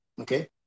okay